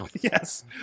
Yes